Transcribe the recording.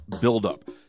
buildup